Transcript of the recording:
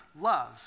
love